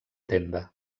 tenda